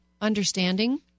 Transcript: understanding